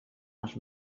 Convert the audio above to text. els